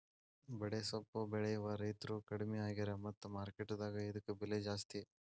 ಬಡೆಸ್ವಪ್ಪು ಬೆಳೆಯುವ ರೈತ್ರು ಕಡ್ಮಿ ಆಗ್ಯಾರ ಮತ್ತ ಮಾರ್ಕೆಟ್ ದಾಗ ಇದ್ಕ ಬೆಲೆ ಜಾಸ್ತಿ